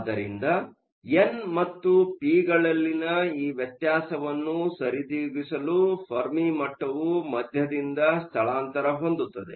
ಆದ್ದರಿಂದ ಎನ್ ಮತ್ತು ಪಿ ಗಳಲ್ಲಿನ ಈ ವ್ಯತ್ಯಾಸವನ್ನು ಸರಿದೂಗಿಸಲು ಫೆರ್ಮಿ ಮಟ್ಟವು ಮಧ್ಯದಿಂದ ಸ್ಥಳಾಂತರ ಹೊಂದುತ್ತದೆ